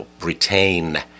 retain